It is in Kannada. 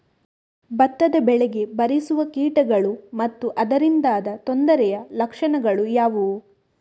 ಭತ್ತದ ಬೆಳೆಗೆ ಬಾರಿಸುವ ಕೀಟಗಳು ಮತ್ತು ಅದರಿಂದಾದ ತೊಂದರೆಯ ಲಕ್ಷಣಗಳು ಯಾವುವು?